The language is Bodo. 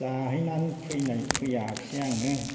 जाहैनानै फैयाख्सै आङो